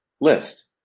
list